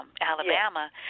Alabama